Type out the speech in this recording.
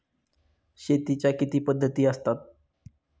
शेतीच्या किती पद्धती असतात?